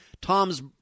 Tom's